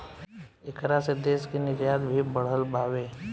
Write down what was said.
ऐकरा से देश के निर्यात भी बढ़ल बावे